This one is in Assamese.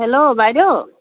হেল্ল' বাইদেউ